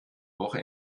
woche